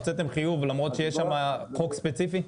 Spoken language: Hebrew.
הוצאתם חיוב למרות שיש שם חוק ספציפי?